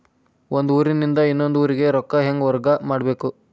ಒಂದ್ ಊರಿಂದ ಇನ್ನೊಂದ ಊರಿಗೆ ರೊಕ್ಕಾ ಹೆಂಗ್ ವರ್ಗಾ ಮಾಡ್ಬೇಕು?